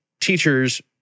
teachers